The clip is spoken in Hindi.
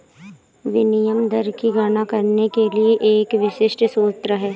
विनिमय दर की गणना करने के लिए एक विशिष्ट सूत्र है